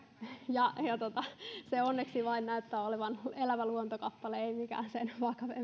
se onneksi näyttää olevan vain elävä luontokappale ei mikään sen